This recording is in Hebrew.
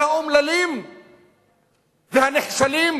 והאומללים והנחשלים